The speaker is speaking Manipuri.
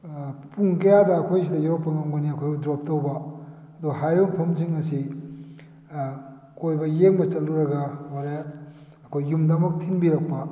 ꯄꯨꯡ ꯀꯌꯥꯗ ꯑꯩꯈꯣꯏ ꯁꯋꯥꯏꯗ ꯌꯧꯔꯛꯄ ꯉꯝꯒꯅꯤ ꯑꯩꯈꯣꯏꯕꯨ ꯗ꯭ꯔꯣꯞ ꯇꯧꯕ ꯑꯗꯣ ꯍꯥꯏꯔꯤꯕ ꯃꯐꯝꯁꯤꯡ ꯑꯁꯤ ꯀꯣꯏꯕ ꯌꯦꯡꯕ ꯆꯠꯂꯨꯔꯒ ꯍꯣꯔꯦꯟ ꯑꯩꯈꯣꯏ ꯌꯨꯝꯗ ꯑꯃꯨꯛ ꯊꯤꯟꯕꯤꯔꯛꯄ